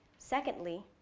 secondly,